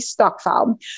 Stockfile